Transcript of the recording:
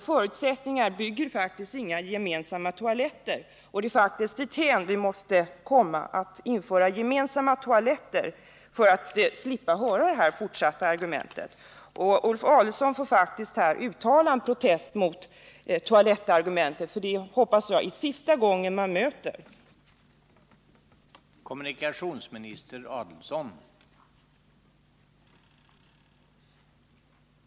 Förutsättningar bygger inga gemensamma toaletter, men det är dithän vi måste komma. Vi måste införa gemensamma toaletter för att slippa höra det här argumentet i fortsättningen. Nu måste Ulf Adelsohn uttala en protest mot toalettargumentet; jag hoppas att det här är sista gången vi möter det.